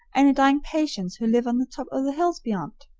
any dying patients who live on the top o' the hills beyant?